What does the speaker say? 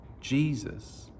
Jesus